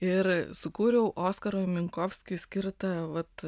ir sukūriau oskarui minkovskiui skirtą vat